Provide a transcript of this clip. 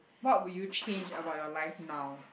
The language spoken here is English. what would you change about your life now